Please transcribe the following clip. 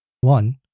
One